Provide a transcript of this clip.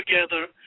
together